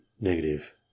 negative